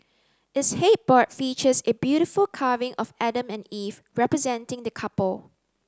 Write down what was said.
its headboard features a beautiful carving of Adam and Eve representing the couple